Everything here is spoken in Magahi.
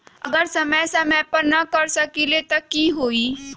अगर समय समय पर न कर सकील त कि हुई?